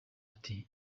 ati